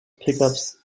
pickups